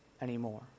anymore